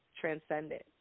transcendent